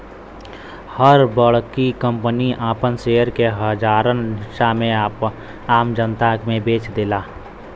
हर बड़की कंपनी आपन शेयर के हजारन हिस्सा में आम जनता मे बेच देला